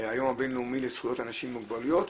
היום הבינלאומי לזכויות אנשים עם מוגבלויות,